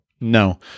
No